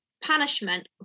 punishment